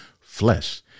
flesh